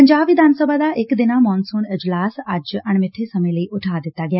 ਪੰਜਾਬ ਵਿਧਾਨ ਸਭਾ ਦਾ ਇਕ ਦਿਨਾਂ ਮੋਨਸੁਨ ਇਜਲਾਸ ਅੱਜ ਅਣਮਿੱਬੇ ਸਮੇਂ ਲਈ ਉਠਾ ਦਿੱਤਾ ਗਿਆ